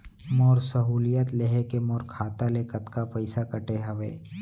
मोर सहुलियत लेहे के मोर खाता ले कतका पइसा कटे हवये?